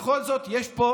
בכל זאת, יש פה